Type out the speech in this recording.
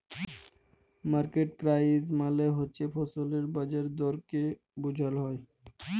market price মালে হছে ফসলের বাজার দরকে বুঝাল হ্যয়